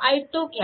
हा i2 घ्या